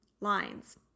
Lines